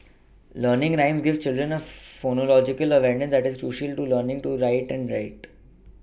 learning rhymes gives children a phonological awareness that is crucial to learning to write and read